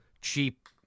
cheap